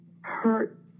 hurt